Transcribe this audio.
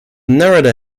narrator